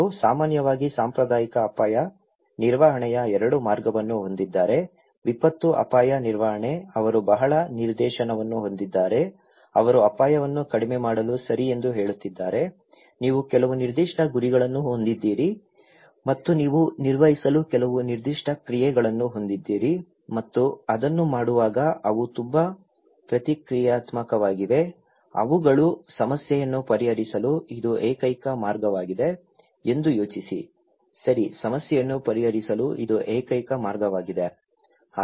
ಅವರು ಸಾಮಾನ್ಯವಾಗಿ ಸಾಂಪ್ರದಾಯಿಕ ಅಪಾಯ ನಿರ್ವಹಣೆಯ 2 ಮಾರ್ಗವನ್ನು ಹೊಂದಿದ್ದಾರೆ ವಿಪತ್ತು ಅಪಾಯ ನಿರ್ವಹಣೆ ಅವರು ಬಹಳ ನಿರ್ದೇಶನವನ್ನು ಹೊಂದಿದ್ದಾರೆ ಅವರು ಅಪಾಯವನ್ನು ಕಡಿಮೆ ಮಾಡಲು ಸರಿ ಎಂದು ಹೇಳುತ್ತಿದ್ದಾರೆ ನೀವು ಕೆಲವು ನಿರ್ದಿಷ್ಟ ಗುರಿಗಳನ್ನು ಹೊಂದಿದ್ದೀರಿ ಮತ್ತು ನೀವು ನಿರ್ವಹಿಸಲು ಕೆಲವು ನಿರ್ದಿಷ್ಟ ಕ್ರಿಯೆಗಳನ್ನು ಹೊಂದಿದ್ದೀರಿ ಮತ್ತು ಅದನ್ನು ಮಾಡುವಾಗ ಅವು ತುಂಬಾ ಪ್ರತಿಕ್ರಿಯಾತ್ಮಕವಾಗಿವೆ ಅವುಗಳು ಸಮಸ್ಯೆಯನ್ನು ಪರಿಹರಿಸಲು ಇದು ಏಕೈಕ ಮಾರ್ಗವಾಗಿದೆ ಎಂದು ಯೋಚಿಸಿ ಸರಿ ಸಮಸ್ಯೆಯನ್ನು ಪರಿಹರಿಸಲು ಇದು ಏಕೈಕ ಮಾರ್ಗವಾಗಿದೆ